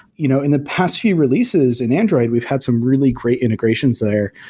you know in the past few releases in android, we've had some really great integrations there.